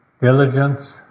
diligence